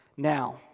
Now